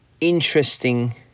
interesting